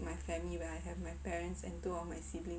my family where I have my parents and two of my siblings